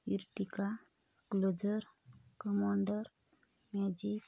Ertiga cruiser commander magic